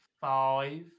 Five